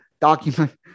document